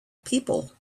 people